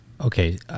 okay